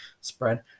spread